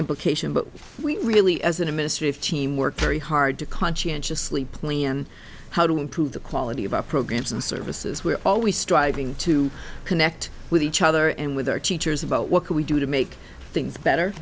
implication but we really as a ministry of team work very hard to conscientiously plan how to improve the quality of our programs and services we're always striving to connect with each other and with our teachers about what can we do to make things better